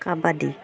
kabaddi